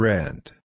Rent